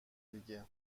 دیگه